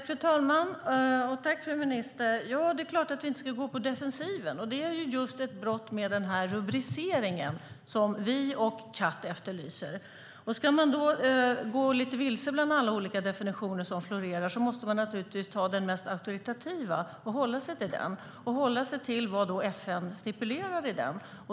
Fru talman! Tack, fru minister! Det är klart att vi inte ska gå på defensiven. Det är just ett brott med den här rubriceringen som vi och CAT efterlyser. Ska man då gå lite vilse bland alla olika definitioner som florerar måste man naturligtvis ta den mest auktoritativa och hålla sig till den och vad FN stipulerar i den.